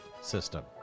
system